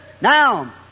now